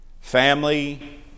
Family